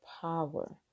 power